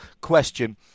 question